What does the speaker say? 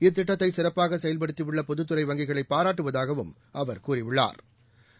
இத்திட்டத்தை சிறப்பாக செயல்படுத்தி உள்ள பொதுத்துறை வங்கிகளை பாராட்டுவதாகவும் அவர் கூறியுள்ளா்